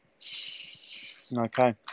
Okay